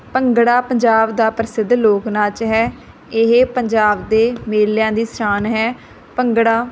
ਭੰਗੜਾ ਪੰਜਾਬ ਦਾ ਪ੍ਰਸਿੱਧ ਲੋਕ ਨਾਚ ਹੈ ਇਹ ਪੰਜਾਬ ਦੇ ਮੇਲਿਆਂ ਦੀ ਸ਼ਾਨ ਹੈ ਭੰਗੜਾ